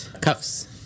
cuffs